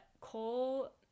Cole